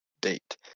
date